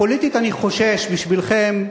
פוליטית אני חושש בשבילכם,